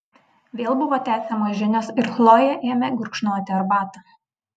vėl buvo tęsiamos žinios ir chlojė ėmė gurkšnoti arbatą